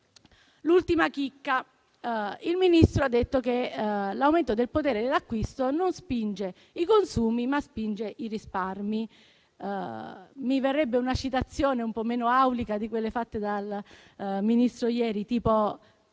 L'ultima chicca: il Ministro ha detto che l'aumento del potere d'acquisto non spinge i consumi, ma spinge i risparmi. Mi verrebbe una citazione un po' meno aulica di quelle fatte dal Ministro ieri, quando